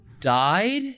died